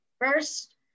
first